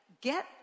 get